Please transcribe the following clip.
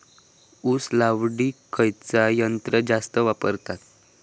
ऊस लावडीक खयचा यंत्र जास्त वापरतत?